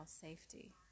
safety